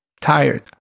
tired